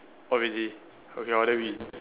oh is it okay orh then we